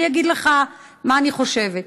אני אגיד לך מה אני חושבת.